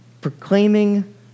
proclaiming